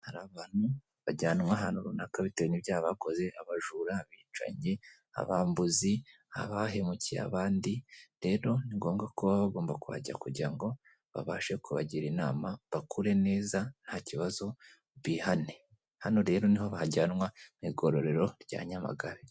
Hari abantu bajyanwa ahantu runaka bitewe n'ibyaha bakoze, abajura, abicanyi, abambuzi abahemukiye abandi rero ni ngombwa ko baba bagomba kuhajya kugira ngo babashe kubagira inama bakure neza nta kibazo bihane, hano rero niho bajyanwa mu igororero rya nyamagabe.